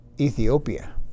Ethiopia